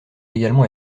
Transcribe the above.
également